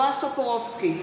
בועז טופורובסקי,